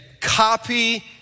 copy